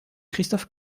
christophe